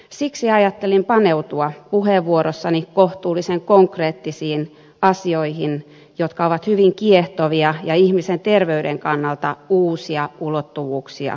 siksi ajattelin paneutua puheenvuorossani kohtuullisen konkreettisiin asioihin jotka ovat hyvin kiehtovia ja ihmisen terveyden kannalta uusia ulottuvuuksia tuovia